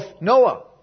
Noah